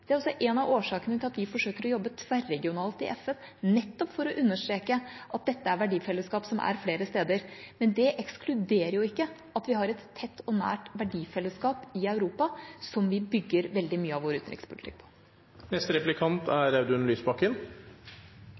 Det er også en av årsakene til at vi forsøker å jobbe tverregionalt i FN – nettopp for å understreke at dette er verdifellesskap som finnes flere steder. Men det ekskluderer ikke at vi har et tett og nært verdifellesskap i Europa, som vi bygger veldig mye av vår utenrikspolitikk